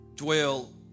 dwell